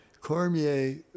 Cormier